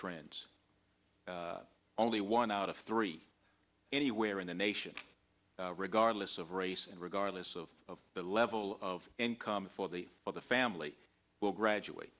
trends only one out of three anywhere in the nation regardless of race and regardless of the level of income for the well the family will graduate